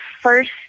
first